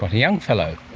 but young fellow,